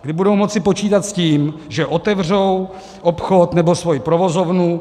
Kdy budou moci počítat s tím, že otevřou obchod nebo svoji provozovnu.